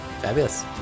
Fabulous